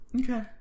Okay